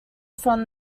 from